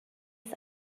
است